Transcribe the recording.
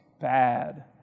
bad